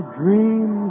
dream